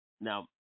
now